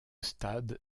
stade